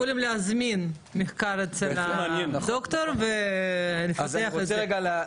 זה אתם אחר כך יכולים להזמין מחקר אצל הד"ר ולפתח את זה,